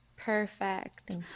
Perfect